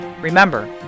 Remember